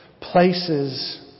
places